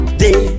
day